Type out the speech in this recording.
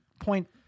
point